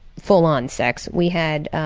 full on sex. we had